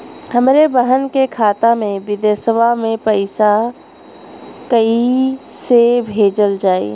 हमरे बहन के खाता मे विदेशवा मे पैसा कई से भेजल जाई?